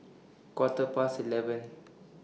Quarter Past eleven